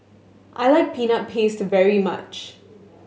I like Peanut Paste very much